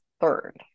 third